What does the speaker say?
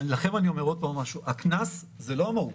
לכם אני אומר עוד פעם, הקנס הוא לא המהות.